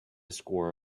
score